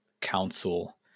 council